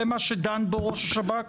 זה מה שדן בו ראש השב"כ?